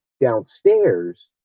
downstairs